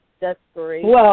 desperation